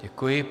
Děkuji.